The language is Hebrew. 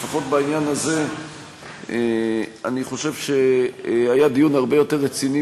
שלפחות בעניין הזה אני חושב שהיה דיון הרבה יותר רציני